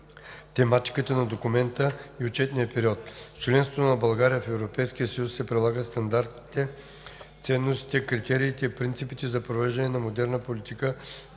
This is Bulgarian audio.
тематиката на документа и отчетния период. С членството на България в Европейския съюз се прилагат стандартите, ценностите, критериите и принципите за провеждане на модерна политика